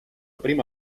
prima